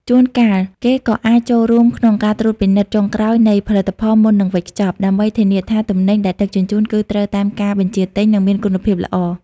ជួនកាលពួកគេក៏អាចចូលរួមក្នុងការត្រួតពិនិត្យចុងក្រោយនៃផលិតផលមុននឹងវេចខ្ចប់ ដើម្បីធានាថាទំនិញដែលដឹកជញ្ជូនគឺត្រូវតាមការបញ្ជាទិញ និងមានគុណភាពល្អ។